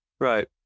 Right